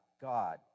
God